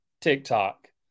TikTok